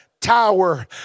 tower